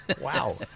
Wow